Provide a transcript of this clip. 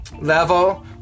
level